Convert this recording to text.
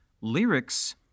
lyrics